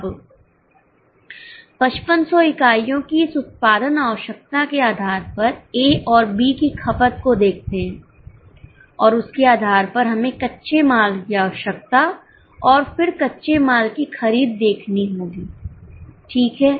अब 5500 इकाइयों की इस उत्पादन आवश्यकता के आधार पर ए और बी की खपत को देखते हैं और उसके आधार पर हमें कच्चे माल की आवश्यकता और फिर कच्चे माल की खरीद देखनी होगी ठीक है